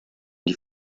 die